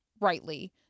rightly